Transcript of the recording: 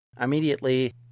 immediately